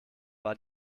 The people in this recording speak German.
war